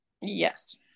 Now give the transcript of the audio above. Yes